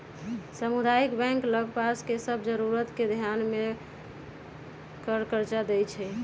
सामुदायिक बैंक लग पास के सभ जरूरत के ध्यान में ध कऽ कर्जा देएइ छइ